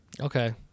Okay